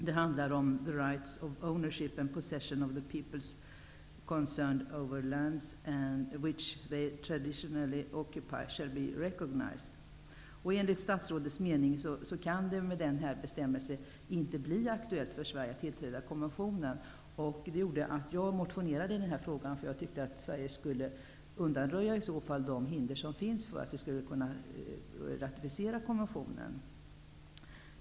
Det handlar om ''Rights of ownership and possession of the people's concern over lands and which they traditionally occupy shall be recognized.'' Enligt statsrådets mening kan det med den här bestämmelsen inte bli aktuellt för Sverige att tillträda konventionen. Det gjorde att jag motionerade i den här frågan, därför att jag tycker att Sverige bör undanröja de hinder som finns för att kunna ratificera konventionen.